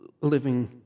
living